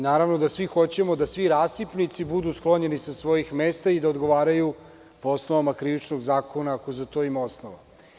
Naravno, svi hoćemo da svi rasipnici budu sklonjeni sa svojih mesta i da odgovaraju po osnovama Krivičnog zakonika, ako za to ima osnova.